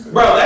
Bro